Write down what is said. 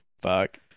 fuck